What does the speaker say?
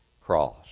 cross